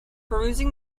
perusing